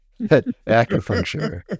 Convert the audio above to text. acupuncture